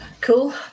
Cool